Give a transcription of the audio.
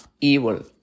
evil